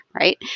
right